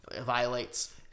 violates